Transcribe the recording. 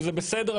וזה בסדר,